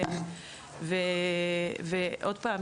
ועוד פעם,